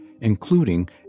including